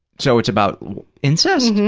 so it's about incest?